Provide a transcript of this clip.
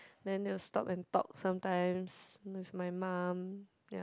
then they will stop and talk sometimes with my mum